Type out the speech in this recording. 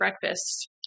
breakfast